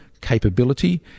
capability